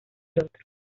otro